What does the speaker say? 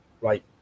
right